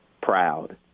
proud